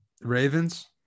Ravens